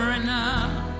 enough